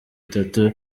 itatu